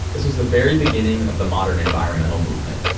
this was the very beginning of the modern environmental movement.